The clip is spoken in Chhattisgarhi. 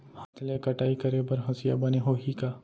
हाथ ले कटाई करे बर हसिया बने होही का?